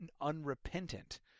unrepentant